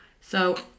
So-